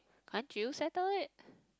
can't you settle it